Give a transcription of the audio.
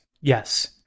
yes